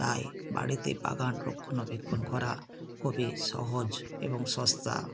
তাই বাড়িতে বাগান রক্ষণাবেক্ষণ করা খুবই সহজ এবং সস্তা